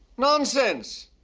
nonsense.